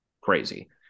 crazy